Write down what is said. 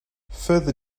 further